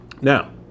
Now